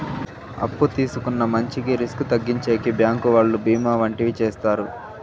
అప్పు తీసుకున్న మంచికి రిస్క్ తగ్గించేకి బ్యాంకు వాళ్ళు బీమా వంటివి చేత్తారు